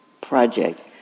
project